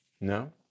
No